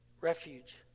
refuge